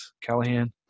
Callahan